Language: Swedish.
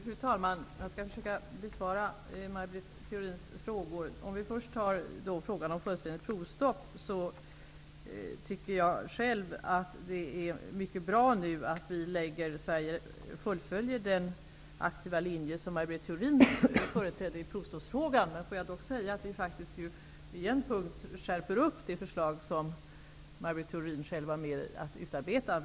Fru talman! Jag skall försöka besvara Maj Britt Theorins frågor. Vi tar frågan om fullständigt provstopp först. Jag tycker själv att det är mycket bra att Sverige fullföljer den aktiva linje som Maj Britt Theorin företrädde i provstoppsfrågan. Får jag dock säga att vi på en punkt faktiskt skärper det förslag som Maj Britt Theorin själv var med och utarbetade.